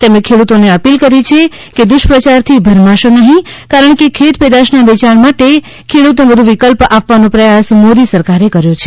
તેમણે ખેડૂતોને અપીલ કરી છે કે દુષ્પ્રાચારથી ભરમાશો નહીં કારણ કે ખેતપેદાશના વેચાણ માટે ખેડૂતને વધુ વિકલ્પ આપવાનો પ્રયાસ મોદી સરકારે કર્યો છે